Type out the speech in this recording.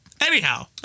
anyhow